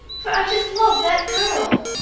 for i just love that girl.